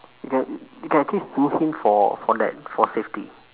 you can you can actually sue him for for that for safety